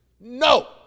No